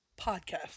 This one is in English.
Podcast